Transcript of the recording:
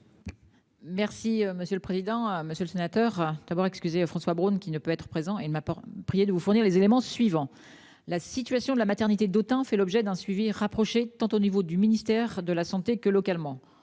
Merci monsieur le président, monsieur le sénateur d'abord excusez François Braun, qui ne peut être présent, il m'a pas prié de vous fournir les éléments suivants, la situation de la maternité d'autant fait l'objet d'un suivi rapproché tant au niveau du ministère de la Santé que localement